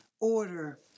order